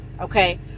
Okay